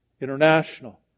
international